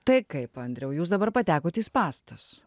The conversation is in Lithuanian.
tai kaip andriau jūs dabar patekot į spąstus